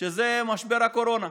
שזה משבר הקורונה,